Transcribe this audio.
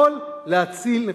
יכול להציל נפשות,